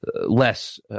less